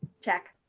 check.